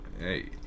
Hey